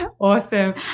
awesome